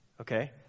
okay